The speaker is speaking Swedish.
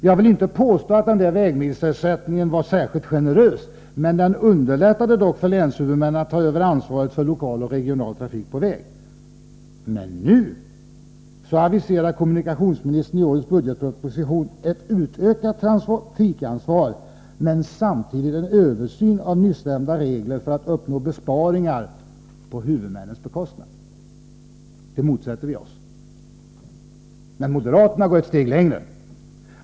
Jag vill inte påstå att denna vägmilersättning var särskilt generös, men den underlättade dock för länshuvudmännen att ta över ansvaret för lokal och regional persontrafik på väg. Nu aviserar kommunikationsministern i årets budgetproposition ett utökat trafikansvar, men samtidigt en översyn av nyssnämnda regler för att uppnå besparingar på huvudmännens bekostnad. Vi motsätter oss detta. Moderaterna går ett steg längre.